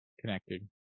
connected